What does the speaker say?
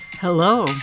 Hello